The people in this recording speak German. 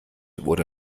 wurde